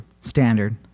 Standard